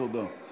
תודה.